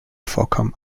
vorkommen